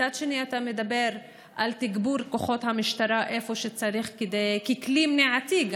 מצד שני אתה מדבר על תגבור כוחות המשטרה איפה שצריך גם ככלי מניעתי,